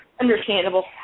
Understandable